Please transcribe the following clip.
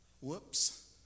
Whoops